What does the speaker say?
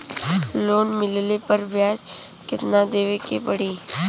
Loan मिलले पर ब्याज कितनादेवे के पड़ी?